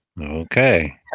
Okay